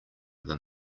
than